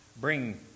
bring